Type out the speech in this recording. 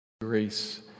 Grace